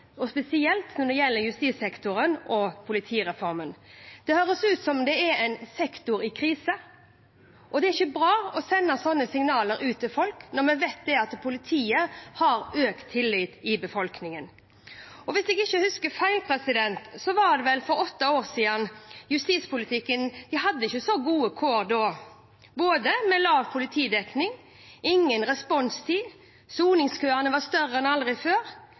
svartmaling, spesielt når det gjelder justissektoren og politireformen. Det høres ut som det er en sektor i krise. Det er ikke bra å sende slike signaler ut til folk når vi vet at politiet har økt tillit i befolkningen. Hvis jeg ikke husker feil, hadde ikke justispolitikken så gode kår for åtte år siden. Det var lav politidekning og ingen krav til responstid, og soningskøene var lengre enn